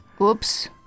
Oops